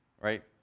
right